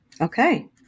Okay